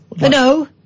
No